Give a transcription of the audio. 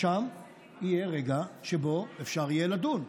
שם יהיה רגע שבו אפשר יהיה לדון,